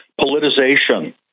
politicization